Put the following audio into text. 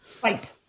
fight